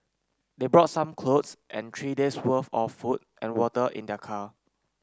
they brought some clothes and three days' worth of food and water in their car